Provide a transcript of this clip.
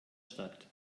stadt